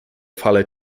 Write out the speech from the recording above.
fale